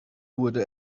wurde